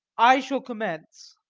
i shall commence.